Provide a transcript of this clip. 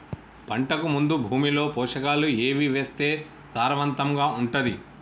పంటకు ముందు భూమిలో పోషకాలు ఏవి వేస్తే సారవంతంగా ఉంటది?